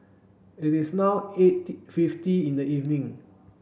it is now eight fifty in the evening